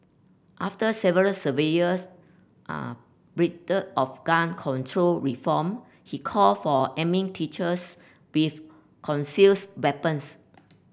after several survivors pleaded of gun control reform he called for arming teachers with conceals weapons